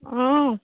অঁ